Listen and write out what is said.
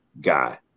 guy